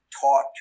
taught